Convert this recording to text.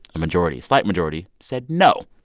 a majority slight majority said no.